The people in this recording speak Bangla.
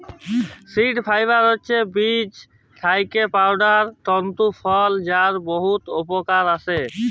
সিড ফাইবার হছে বীজ থ্যাইকে পাউয়া তল্তু ফল যার বহুত উপকরল আসে